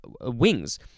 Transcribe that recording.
wings